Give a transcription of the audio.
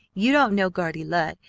you don't know guardy lud.